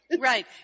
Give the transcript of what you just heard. Right